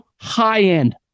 high-end